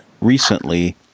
recently